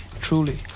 truly